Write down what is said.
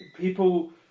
people